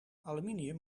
aluminium